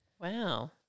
Wow